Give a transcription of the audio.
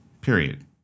period